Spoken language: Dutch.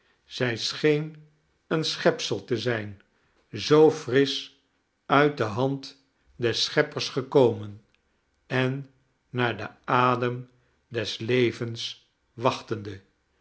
zij scheen een schepsel te zijn zoo frisch uit de hand des scheppers gekomen en naar den adem des levens wachtende